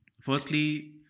Firstly